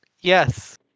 yes